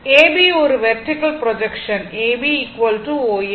A B ஒரு vertical projection A B O A